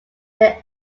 their